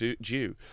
due